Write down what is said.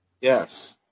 Yes